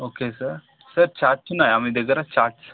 okay sir sir charts ఉన్నాయా మీ దగ్గర ఛార్ట్స్